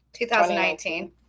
2019